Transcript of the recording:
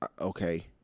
okay